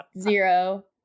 zero